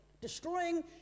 destroying